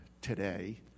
today